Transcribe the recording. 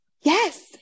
yes